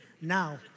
now